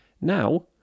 Now